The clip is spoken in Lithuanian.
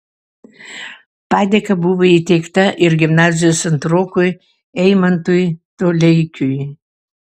padėka buvo įteikta ir gimnazijos antrokui eimantui toleikiui